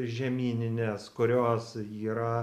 žemynines kurios yra